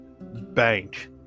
bank